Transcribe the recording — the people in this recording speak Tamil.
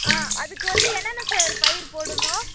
ஆ அதுக்கு வந்து என்னென்ன சார் பயிர் போடணும்